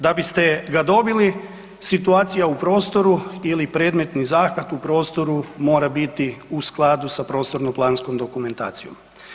Da bi ste ga dobili, situacija u prostoru ili predmetni zahvat u prostoru mora biti u skladu sa prostorno-planskom dokumentacijom.